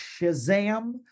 Shazam